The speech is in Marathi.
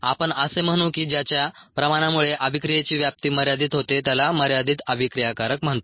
आपण असे म्हणू की ज्याच्या प्रमाणामुळे अभिक्रियेची व्याप्ती मर्यादित होते त्याला मर्यादित अभिक्रियाकारक म्हणतात